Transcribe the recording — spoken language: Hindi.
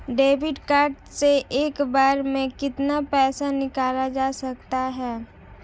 डेबिट कार्ड से एक बार में कितना पैसा निकाला जा सकता है?